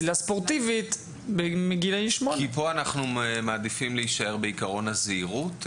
כי פה אנחנו מעדיפים להישאר בעיקרון הזהירות.